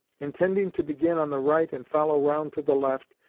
intending to begin on the right and follow round to the left,